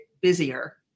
busier